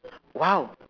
!wow!